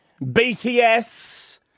BTS